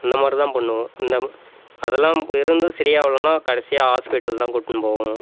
அந்த மாதிரிதான் பண்ணணும் அந்த அதெல்லாம் இருந்தும் சரி ஆகலன்னா கடைசியாக ஹாஸ்பிடல்தான் கூட்டின்னு போகணும்